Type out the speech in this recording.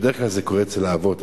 בדרך כלל זה קורה אצל אבות.